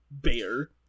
Bear